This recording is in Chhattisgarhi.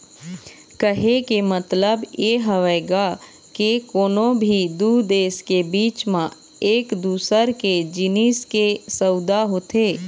कहे के मतलब ये हवय गा के कोनो भी दू देश के बीच म एक दूसर के जिनिस के सउदा होथे